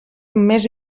més